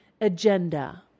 agenda